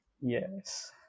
Yes